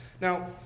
Now